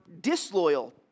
disloyal